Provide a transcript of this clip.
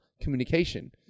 communication